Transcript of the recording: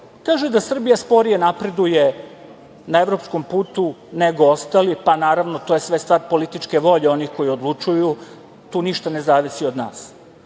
da Srbija sporije napreduje na evropskom putu nego ostali, pa naravno to je sve stvar političke volje onih koji odlučuju, tu ništa ne zavisi od nas.